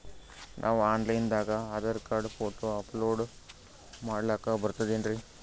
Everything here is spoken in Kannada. ನಾವು ಆನ್ ಲೈನ್ ದಾಗ ಆಧಾರಕಾರ್ಡ, ಫೋಟೊ ಅಪಲೋಡ ಮಾಡ್ಲಕ ಬರ್ತದೇನ್ರಿ?